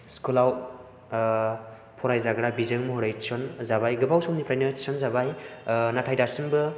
school आव फरायजाग्रा बिजों महरै थिसनजाबाय गोबाव समनिफ्रायनो थिसनजाबाय नाथाय दासिमबो